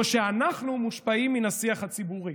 או שאנחנו מושפעים מן השיח הציבורי?